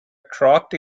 trot